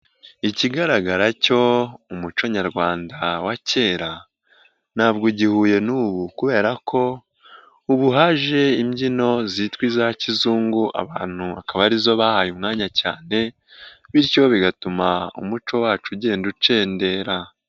Ikigaragara cyo umuco nyarwanda wa kera ntabwo ugihuye n'ubu kubera ko ubu haje imbyino zitwa iza kizungu abantu akaba arizo bahaye umwanya cyane, bityo bigatuma umuco wacu ugenda ukendera.